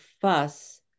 fuss